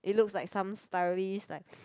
it looks like some stylist like